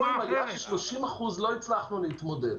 -- ופה עם עלייה של 30% לא הצלחנו להתמודד.